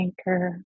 anchor